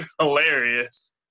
hilarious